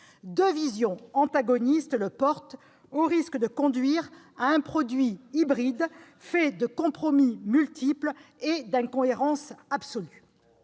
Deux visions antagonistes le portent, au risque de conduire à un produit hybride fait de compromis multiples et d'incohérences absolues.